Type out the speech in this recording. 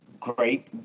great